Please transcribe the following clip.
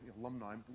alumni